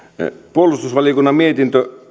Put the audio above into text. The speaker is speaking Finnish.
puolustusvaliokunnan mietintö